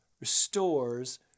restores